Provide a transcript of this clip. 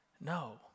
No